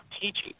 teaching